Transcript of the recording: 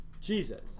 Jesus